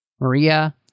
Maria